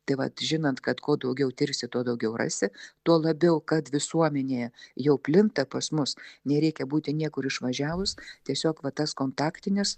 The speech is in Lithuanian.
tai vat žinant kad kuo daugiau tirsi tuo daugiau rasi tuo labiau kad visuomenėje jau plinta pas mus nereikia būti niekur išvažiavus tiesiog va tas kontaktinis